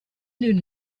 knew